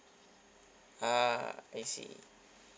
ah I see